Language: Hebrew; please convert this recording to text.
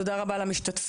תודה רבה למשתתפים.